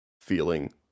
feeling